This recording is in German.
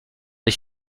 ich